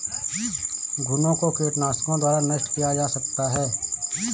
घुनो को कीटनाशकों द्वारा नष्ट किया जा सकता है